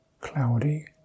cloudy